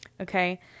Okay